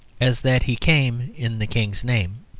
as that he came in the king's name.